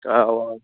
औ औ